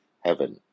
heaven